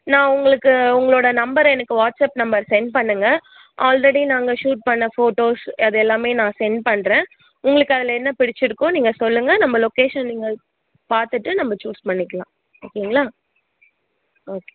நான் உங்களுக்கு உங்களோடய நம்பரை எனக்கு வாட்ஸ்ஆப் நம்பர் சென்ட் பண்ணுங்க ஆல்ரெடி நாங்கள் ஷூட் பண்ண ஃபோட்டோஸ் அது எல்லாமே நான் சென்ட் பண்ணுறேன் உங்களுக்கு அதில் என்ன பிடிச்சிருக்கோ நீங்கள் சொல்லுங்க நம்ம லொக்கேஷன் நீங்கள் பார்த்துட்டு நம்ம சூஸ் பண்ணிக்கலாம் ஓகேங்களா ஓகே